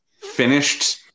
finished